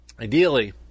ideally